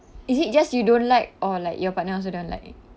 is it just you don't like or like your partner also don't like